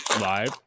live